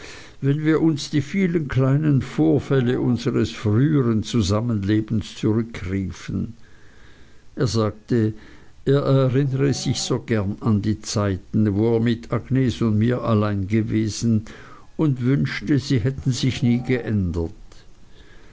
wenn wir uns die vielen kleinen vorfälle unseres frühern zusammenlebens zurückriefen er sagte er erinnere sich so gern an die zeiten wo er mit agnes und mir allein gewesen und wünschte sie hätten sich nie geändert